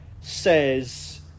says